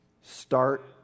Start